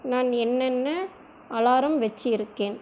நான் என்னென்ன அலாரம் வச்சு இருக்கேன்